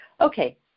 okay